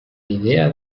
idea